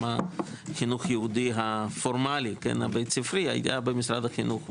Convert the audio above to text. החינוך היהודי הפורמלי הבית ספרי היה במשרד החינוך,